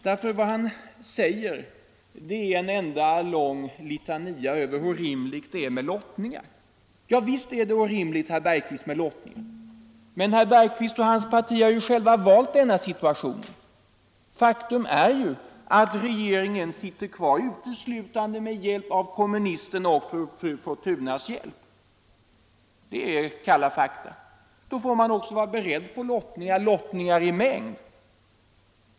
Det han säger är en enda lång litania om hur orimligt det är med lottningar. Javisst, herr Bergqvist, det är orimligt med många lottningar. Men herr Bergqvist och hans parti har ju själva valt denna situation. Faktum är ju att regeringen sitter kvar uteslutande med hjälp av kommunisternas och fru Fortunas hjälp. Det är kalla fakta. Då får man också vara beredd på lottningar i mängd.